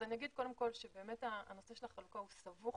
הנושא של החלוקה הוא סבוך,